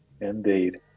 Indeed